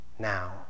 Now